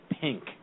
Pink